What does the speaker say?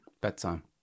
bedtime